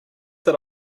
that